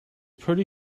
pretty